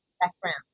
background